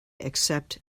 accept